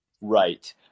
Right